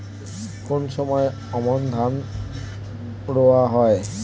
কোন সময় আমন ধান রোয়া হয়?